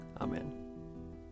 Amen